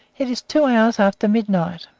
it is two hours after midnight.